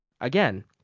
Again